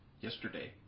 yesterday